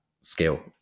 scale